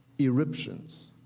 eruptions